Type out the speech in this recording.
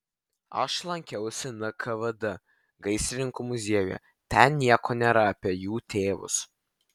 aš lankiausi nkvd gaisrininkų muziejuje ten nieko nėra apie jų tėvus